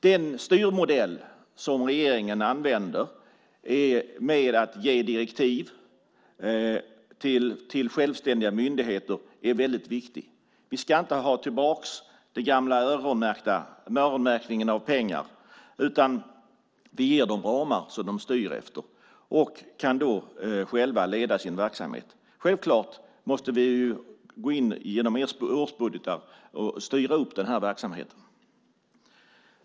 Den styrmodell som regeringen använder är mer att ge direktiv till självständiga myndigheter. Det är väldigt viktigt. Vi ska inte ha tillbaka den gamla öronmärkningen av pengar utan vi ger dem ramar som de styr efter. De kan då själva leda sin verksamhet. Självklart måste vi gå in genom årsbudgetar och styra upp verksamheten.